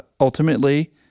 ultimately